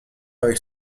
avec